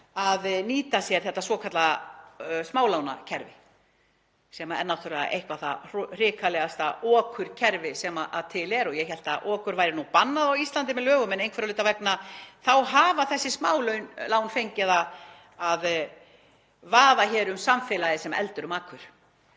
að nýta sér þetta svokallaða smálánakerfi, sem er náttúrlega eitthvert það hrikalegasta okurkerfi sem til er. Ég hélt nú að okur væri bannað á Íslandi með lögum en einhverra hluta vegna þá hafa þessi smálán fengið að vaða uppi í samfélaginu sem eldur um akur.